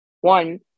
one